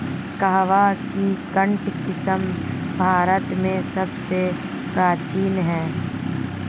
कहवा की केंट किस्म भारत में सबसे प्राचीन है